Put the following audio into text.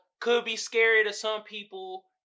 could-be-scary-to-some-people